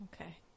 Okay